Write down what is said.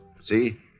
See